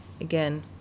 again